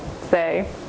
say